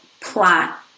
plot